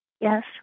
Yes